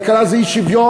כלכלה זה אי-שוויון,